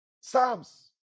Psalms